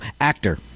actor